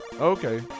Okay